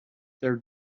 their